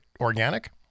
organic